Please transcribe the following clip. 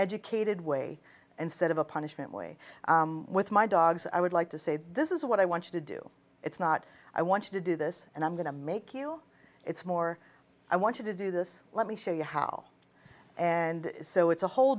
educated way instead of a punishment way with my dogs i would like to say this is what i want you to do it's not i want you to do this and i'm going to make you it's more i want you to do this let me show you how and so it's a whole